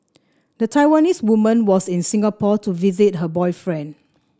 the Taiwanese woman was in Singapore to visit her boyfriend